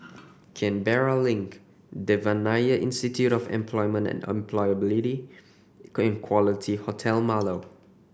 Canberra Link Devan Nair Institute of Employment and Employability and Quality Hotel Marlow